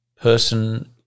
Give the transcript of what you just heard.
person